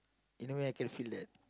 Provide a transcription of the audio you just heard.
you know I can feel that